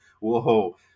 whoa